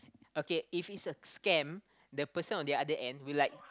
okay if it's a scam the person on the end will like